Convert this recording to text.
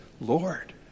Lord